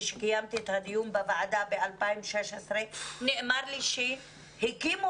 כשקיימתי את הדיון בוועדה ב-2016 נאמר לי שהקימו